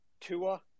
tua